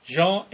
Jean